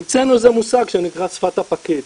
המצאנו איזה מושג שנקרא שפת הפקיד,